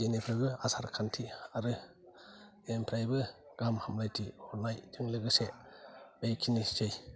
जेनिफ्रायबो आसारखान्थि आरो जेनिफ्रायबो गाहाम हामलायथि हरनाय जों लोगोसे बेखिनिसै